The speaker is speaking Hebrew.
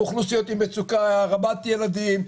אוכלוסיות עם מצוקה רבת ילדים,